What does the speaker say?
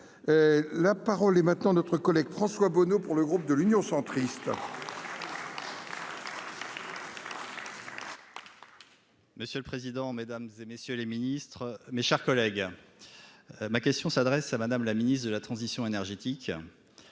la parole est maintenant notre collègue François Bonneau pour le groupe de l'Union centriste. Monsieur le président, Mesdames et messieurs les ministres, mes chers collègues, ma question s'adresse à Madame la ministre de la transition énergétique,